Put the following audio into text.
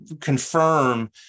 confirm